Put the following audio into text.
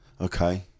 Okay